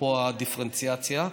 אפרופו הדיפרנציאציה.